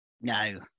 no